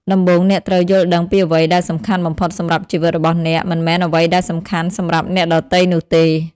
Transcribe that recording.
ដំបូង អ្នកត្រូវយល់ដឹងពីអ្វីដែលសំខាន់បំផុតសម្រាប់ជីវិតរបស់អ្នក មិនមែនអ្វីដែលសំខាន់សម្រាប់អ្នកដទៃនោះទេ។